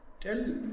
tell